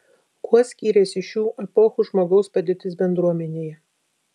kuo skyrėsi šių epochų žmogaus padėtis bendruomenėje